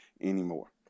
Anymore